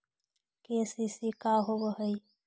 KCC का होव हइ?